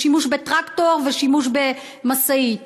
זה שימוש בטרקטור ושימוש במשאית.